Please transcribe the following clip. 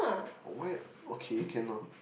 why okay can lor